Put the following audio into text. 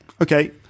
Okay